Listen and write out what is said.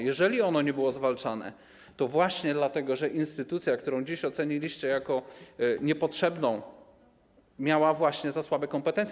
Jeżeli ono nie było zwalczane, to właśnie dlatego, że instytucja, którą dziś oceniliście jako niepotrzebną, miała właśnie za słabe kompetencje.